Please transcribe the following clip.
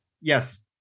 Yes